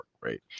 right